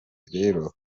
rero